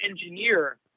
engineer